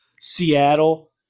Seattle